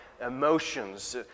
emotions